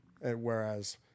Whereas